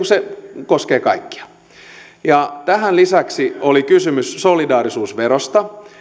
se koskee kaikkia tähän lisäksi oli kysymys solidaarisuusverosta